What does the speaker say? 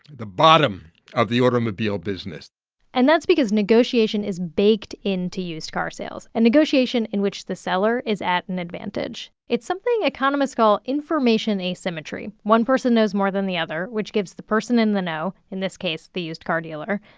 the bottom of the automobile business and that's because negotiation is baked into used car sales, a and negotiation in which the seller is at an advantage. it's something economists call information asymmetry. one person knows more than the other, which gives the person in the know, in this case the used car dealer,